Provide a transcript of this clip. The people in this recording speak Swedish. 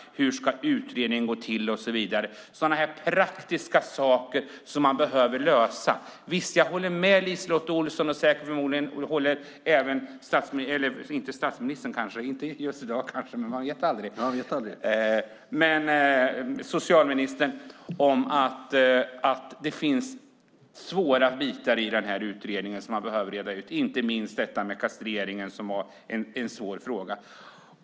Hur ska utredningen gå till? Det är sådana praktiska saker som man behöver lösa. Jag håller med LiseLotte Olsson, och det gör säkert också socialministern, att det finns svåra bitar i utredningen som man behöver reda ut. Det gäller inte minst kastreringen, som är en svår fråga.